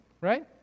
right